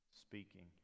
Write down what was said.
speaking